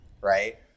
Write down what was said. right